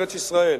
ארץ-ישראל,